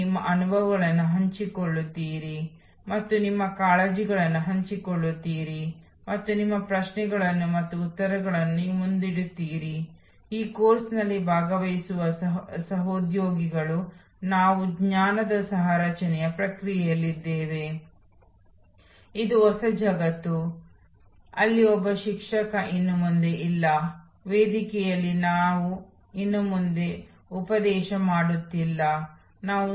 Igor Ansoff ಇದನ್ನು ತುಂಬಾ ಸರಳವಾದ ಆದರೆ ತುಂಬಾ ಉಪಯುಕ್ತವಾದ 2 ಬೈ 2 ಮ್ಯಾಟ್ರಿಕ್ಸ್ ಅನ್ನು ಒದಗಿಸಿದ್ದಾನೆ ಮತ್ತು ಇದನ್ನು ನಾವು ಇಎಸ್ ಎನ್ಎಸ್ ಮತ್ತು EC NC ES NS and EC NC ಎಂದು ಕರೆಯುತ್ತೇವೆ